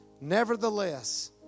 Nevertheless